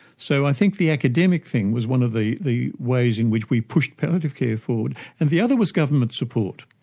so i think the academic thing was one of the the ways in which we pushed palliative care forward, and the other was government support.